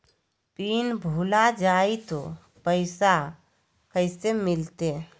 Pin भूला जाई तो पैसा कैसे मिलते?